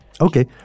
Okay